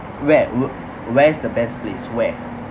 where wh~ where's the best place where